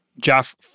Jeff